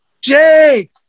Jake